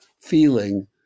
feeling